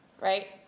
right